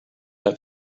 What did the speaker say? out